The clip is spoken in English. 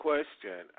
question